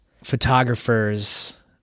photographers